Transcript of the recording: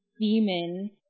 demon